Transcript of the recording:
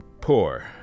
poor